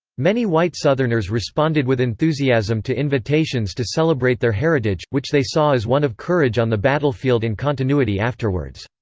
many white southerners responded with enthusiasm to invitations to celebrate their heritage, which they saw as one of courage on the battlefield and continuity afterwards.